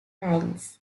lines